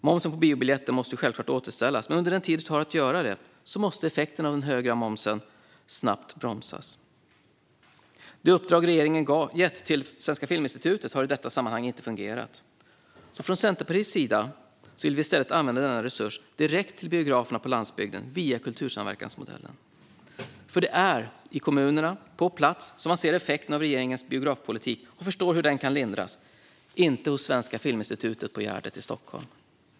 Momsen på biobiljetten måste självklart återställas, men under den tid som det tar att göra det måste effekterna av den höga momsen snabbt bromsas. Det uppdrag som regeringen gett till Svenska Filminstitutet har i detta sammanhang inte fungerat. Från Centerpartiets sida vill vi i stället använda denna resurs direkt till biograferna på landsbygden via kultursamverkansmodellen. Det är i kommunerna, på plats, som man ser effekten av regeringens biografpolitik och förstår hur den kan lindras. Den kan inte lindras av Svenska Filminstitutet på Gärdet i Stockholm.